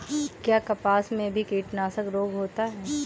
क्या कपास में भी कीटनाशक रोग होता है?